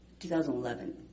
2011